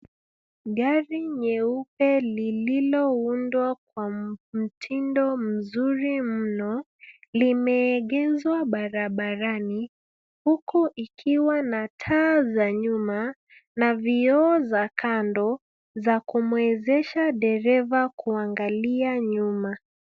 Gari nyeupe lililoundwa kwa mtindo mzuri mno, limeegeshwa barabarani, huku ikiwa na taa za nyuma , na vioo za kando za kumwezesha dereva kuangalia nyuma.